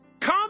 Come